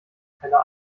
teller